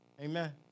Amen